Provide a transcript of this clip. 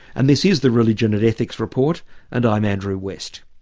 and this is the religion and ethics report and i'm andrew west